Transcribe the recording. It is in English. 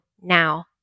now